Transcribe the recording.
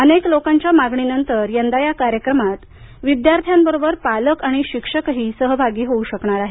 अनेक लोकांच्या मागणीनंतर यंदा या कार्यक्रमात विद्यार्थ्यांबरोबर पालक आणि शिक्षकही सहभागी होऊ शकणार आहेत